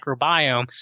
microbiome